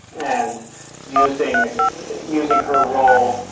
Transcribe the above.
and using using her role